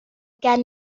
gen